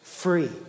Free